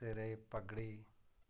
सिरै गी पगड़ी